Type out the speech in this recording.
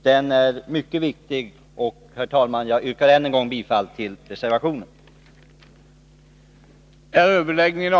Den är mycket viktig, och jag yrkar än en gång bifall till denna.